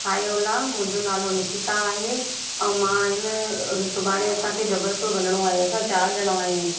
हाए hello मुंहिंजो नालो निकिता आहे ऐं मां इन सुभाणे असांखे जबलपुर वञिणो आहे असां चारि ॼणा आहियूं